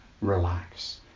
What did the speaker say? relax